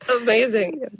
amazing